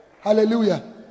Hallelujah